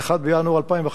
1 בינואר 2011,